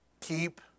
keep